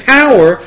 power